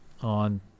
on